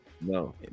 No